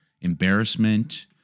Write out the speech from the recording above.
embarrassment